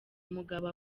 umugabo